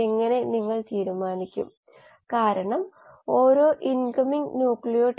H അടിസ്ഥാന നിലയുമായി താരതമ്യപ്പെടുത്തുമ്പോൾ ഒരു ഉയർന്ന നിലയിൽ ക്ഷമിക്കണം ഊർജ്ജ നിലയിൽ എത്തി